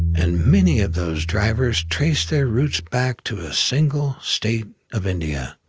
and many of those drivers trace their roots back to a single state of india,